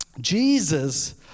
Jesus